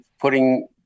putting